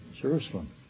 Jerusalem